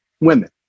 women